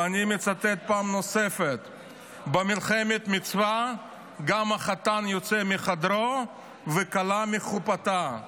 ואני מצטט פעם נוספת: במלחמת מצווה גם החתן יוצא מחדרו וכלה מחופתה.